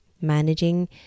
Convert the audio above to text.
managing